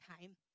time